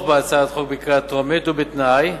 בהצעת החוק בקריאה טרומית ובתנאי,